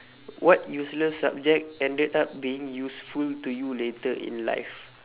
what useless subject ended up being useful to you later in life